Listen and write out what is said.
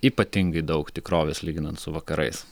ypatingai daug tikrovės lyginant su vakarais